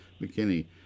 McKinney